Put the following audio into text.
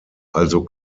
also